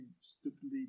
stupidly